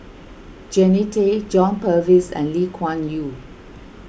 Jannie Tay John Purvis and Lee Kuan Yew